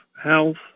health